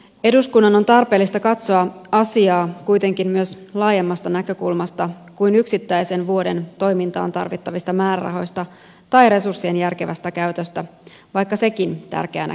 eduskunnan on tarpeellista katsoa asiaa kuitenkin myös laajemmasta näkökulmasta kuin yksittäisen vuoden toimintaan tarvittavista määrärahoista tai resurssien järkevästä käytöstä vaikka sekin on tärkeä näkökulma